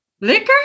Liquor